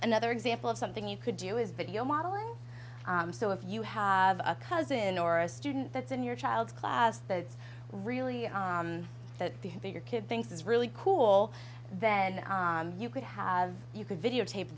another example of something you could do is video modeling so if you have a cousin or a student that's in your child's class that's really that the bigger kid thinks is really cool then you could have you could videotape